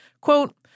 quote